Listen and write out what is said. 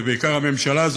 ובעיקר הממשלה הזאת,